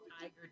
tiger